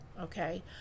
okay